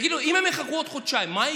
תגידו, אם הם יחכו עוד חודשיים, מה יקרה,